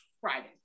Friday